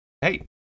hey